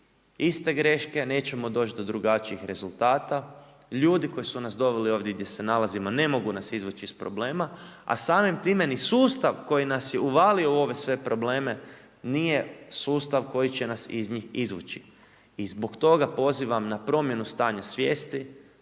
iste greške nećemo doći do drugačijih rezultata. Ljudi koji su nas doveli ovdje gdje se nalazimo ne mogu nas izvući iz problema, a samim time ni sustav koji nas je uvalio u ove sve probleme nije sustav koji će nas iz njih izvući. I zbog toga pozivam na promjenu stanja svijesti,